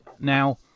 now